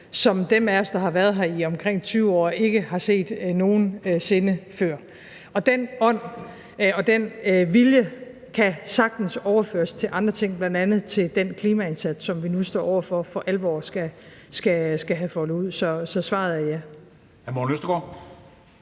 som dem af os, der har været her i omkring 20 år, ikke har set nogen sinde før. Den ånd og den vilje kan sagtens overføres til andre ting, bl.a. til den klimaindsats, som vi nu for alvor står over for at skulle have foldet ud – så svaret er ja.